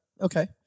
Okay